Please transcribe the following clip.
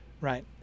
right